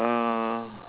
uh